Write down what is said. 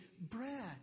bread